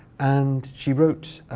and she wrote